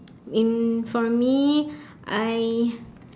in for me I